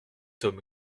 homme